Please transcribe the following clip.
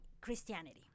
Christianity